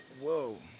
whoa